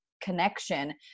connection